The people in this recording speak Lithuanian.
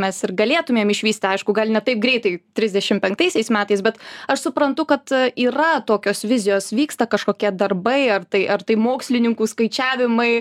mes ir galėtumėm išvysti aišku gal ne taip greitai trisdešim penktaisiais metais bet aš suprantu kad yra tokios vizijos vyksta kažkokie darbai ar tai ar tai mokslininkų skaičiavimai